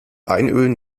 einölen